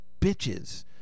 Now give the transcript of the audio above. bitches